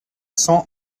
cent